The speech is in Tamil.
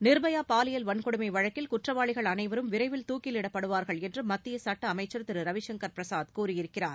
நிர்பயா பாலியல் வன்கொடுமை வழக்கில் குற்றவாளிகள் அனைவரும் விரைவில் தூக்கிலிடப்படுவார்கள் என்று மத்திய சட்ட அமைச்சர் திரு ரவிசங்கர் பிரசாத் கூறியிருக்கிறார்